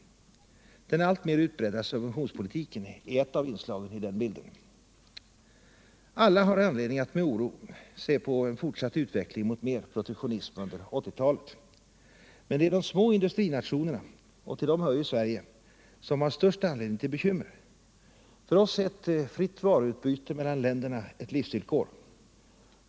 Den alltmer utbredda subventionspolitiken är ett av inslagen i den bilden. Alla har anledning att med oro se på en fortsatt utveckling mot mer protektionism under 1980-talet. Men det är de små industrinationerna — och till dem hör ju Sverige — som har den största anledningen till bekymmer. För oss är ett fritt varuutbyte mellan länderna ett livsvillkor.